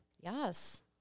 Yes